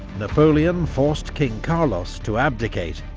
napoleon forced king carlos to abdicate,